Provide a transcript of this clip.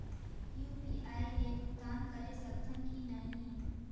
UPI ले भुगतान करे सकथन कि नहीं?